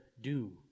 doom